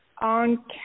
on